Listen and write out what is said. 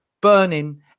burning